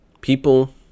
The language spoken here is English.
people